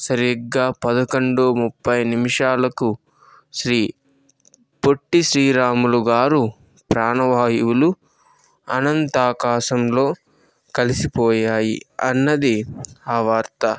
సరిగ్గా పదకొండు ముప్పై నిమిషాలకు శ్రీ పొట్టి శ్రీరాములు గారు ప్రాణవాయువులు అనంత ఆకాశంలో కలిసిపోయాయి అన్నది ఆ వార్త